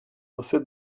você